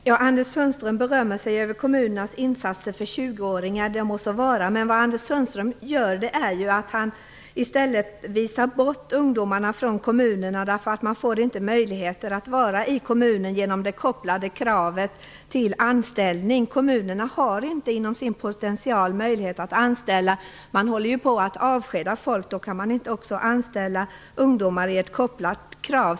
Herr talman! Anders Sundström berömmer sig över kommunernas insatser för 20-åringar. Det må så vara, men Anders Sundström visar ju i stället bort ungdomarna från kommunerna. De får inte möjligheter att vara kvar i kommunen genom det kopplade kravet till anställning. Kommunerna har inte inom sin potential möjlighet att anställa. De håller ju på att avskeda folk. Då kan de inte anställa ungdomar på grund av ett kopplat krav.